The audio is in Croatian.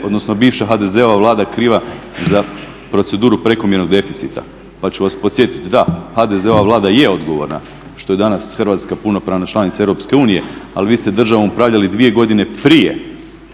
da je bivša HDZ-ova vlada kriva za proceduru prekomjernog deficita, pa ću vas podsjetiti, da HDZ-ova vlada je odgovorna što je danas Hrvatska punopravna članica EU, ali vi ste državom upravljali dvije godine prije